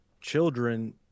children